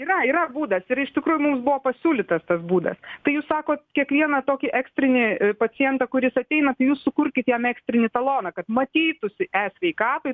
yra yra būdas ir iš tikrųjų mums buvo pasiūlytas tas būdas tai jūs sakot kiekvieną tokį ekstrinį pacientą kuris ateina tai jūs sukurkit jam ekstrinį taloną kad matytųsi esveikatoj